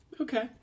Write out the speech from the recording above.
Okay